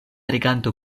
reganto